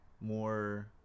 more